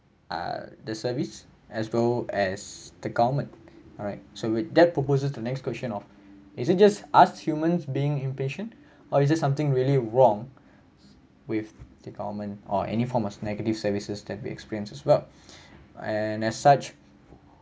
err the service as well as the government alright so with that proposes to next question of is it just us humans being impatient or is it something really wrong with the government or any form of negative services that we experience as well and as such